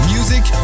Music